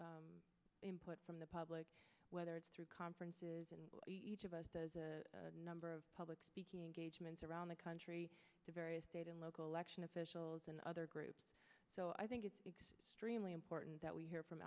input from the public whether it's through conferences and each of us does a number of public speaking engagements around the country to various state and local election officials and other groups so i think it's streaming important that we hear from